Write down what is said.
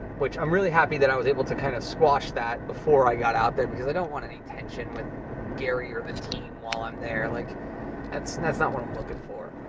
which i'm really happy that i was able to kinda squash that before i got out there because i don't want any tension with but gary or the team while i'm there. like that's that's not what i'm looking for.